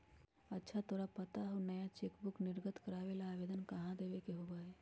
अच्छा तोरा पता हाउ नया चेकबुक निर्गत करावे ला आवेदन कहाँ देवे के होबा हई?